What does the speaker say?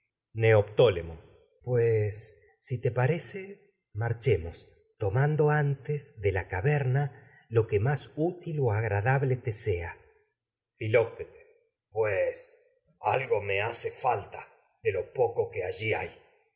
neoptólemo mando antes pues'si te parece marchemos to de la caverna lo que más útil o agradable te sea filoctetes pues algo me hace falta de lo poco que allí hay